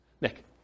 Nick